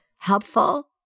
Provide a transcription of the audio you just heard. helpful